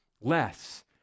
less